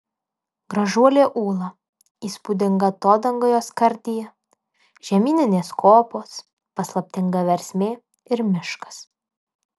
gražuolė ūla įspūdinga atodanga jos skardyje žemyninės kopos paslaptinga versmė ir miškas